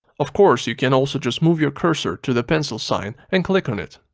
of course you can also just move your cursor to the pencil sign and click on it.